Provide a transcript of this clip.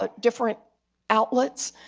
ah different outlets,